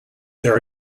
there